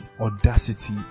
audacity